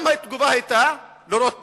גם אז התגובה היתה לירות בהם.